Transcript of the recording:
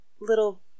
little